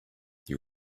you